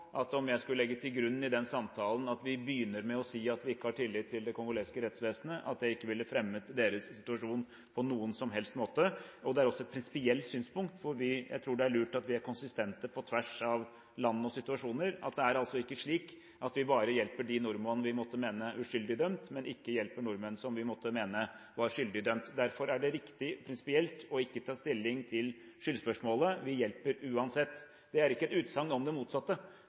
at dersom jeg i den samtalen skulle legge til grunn og begynne med å si at vi ikke har tillit til det kongolesiske rettsvesenet, ville det ikke fremmet deres situasjon på noen som helst måte. Det er også et prinsipielt synspunkt, hvor jeg tror det er lurt at vi er konsistente på tvers av land og situasjoner. Det er altså ikke slik at vi bare hjelper nordmenn vi måtte mene er uskyldig dømt, og ikke hjelper nordmenn som vi måtte mene er skyldig dømt. Derfor er det riktig, prinsipielt, ikke å ta stilling til skyldspørsmålet – vi hjelper uansett. Det er ikke et utsagn om det motsatte.